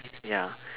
ya